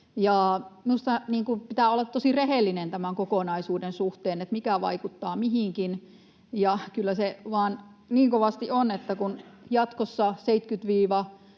Minusta pitää olla tosi rehellinen tämän kokonaisuuden suhteen siinä, mikä vaikuttaa mihinkin, ja kyllä se vaan niin kovasti on, että kun jatkossa 70—80